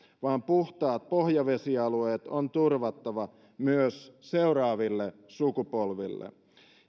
vaan puhtaat pohjavesialueet on turvattava myös seuraaville sukupolville